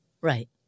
Right